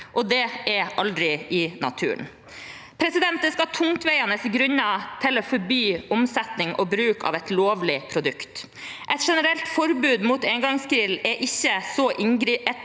og det er aldri i naturen. Det skal tungtveiende grunner til for å forby omsetning og bruk av et lovlig produkt. Et generelt forbud mot engangsgrill er et så